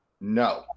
No